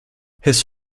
his